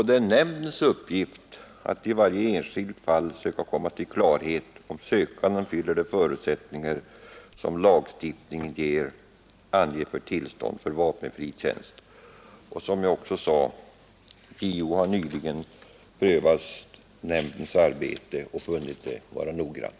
Det är nämndens uppgift att i varje enskilt fall försöka komma till klarhet i frågan, om sökanden uppfyller de förutsättningar som lagstiftningen anger för tillstånd till vapenfri tjänst. Som jag sade har JO nyligen prövat nämndens arbete och funnit det vara noggrant.